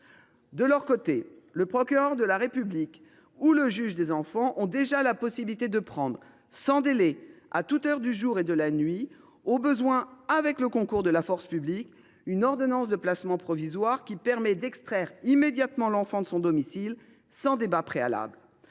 De leur côté, le procureur de la République ou le juge des enfants ont déjà la possibilité de prendre, sans délai et à toute heure du jour et de la nuit, au besoin avec le concours de la force publique, une ordonnance de placement provisoire qui permet d’extraire immédiatement l’enfant de son domicile sans débat préalable.